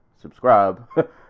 subscribe